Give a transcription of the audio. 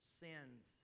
sins